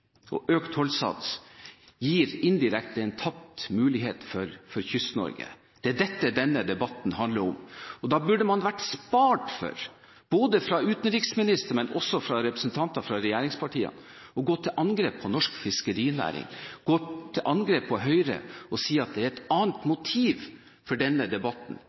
og økt tollsats, indirekte gir en tapt mulighet for Kyst-Norge? Det er dette denne debatten handler om. Da burde man vært spart for at både utenriksministeren og representanter fra regjeringspartiene går til angrep på norsk fiskerinæring, går til angrep på Høyre, og sier at det er et annet motiv for denne debatten.